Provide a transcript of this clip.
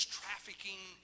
trafficking